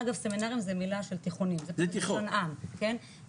אגב סמינרים זה תיכונים בלשון העם,